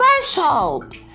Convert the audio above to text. threshold